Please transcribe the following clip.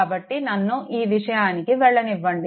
కాబట్టి నన్ను ఈ విషయానికి వెళ్ళనివ్వండి